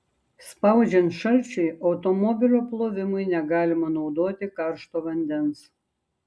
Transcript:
spaudžiant šalčiui automobilio plovimui negalima naudoti karšto vandens